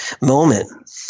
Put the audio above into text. moment